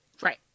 right